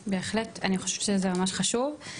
בהחלט, אני חושבת שזה ממש חשוב.